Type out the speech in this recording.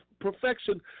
Perfection